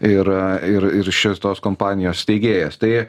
ir ir ir iš vis tos kompanijos steigėjas tai